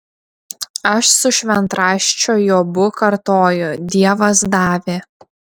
aš su šventraščio jobu kartoju dievas davė